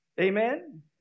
Amen